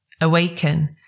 awaken